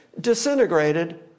disintegrated